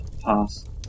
pass